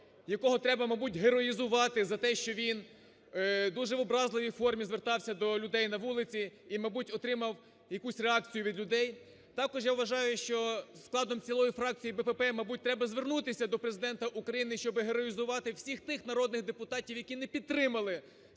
якого треба, мабуть, героїзувати за те, що він дуже в образливій формі звертався до людей на вулиці і, мабуть, отримав якусь реакцію від людей. Також я вважаю, що складом цілої фракції БПП, мабуть, треба звернутися до Президента України, щоб героїзувати всіх тих народних депутатів, які не підтримали скасування